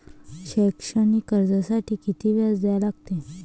शैक्षणिक कर्जासाठी किती व्याज द्या लागते?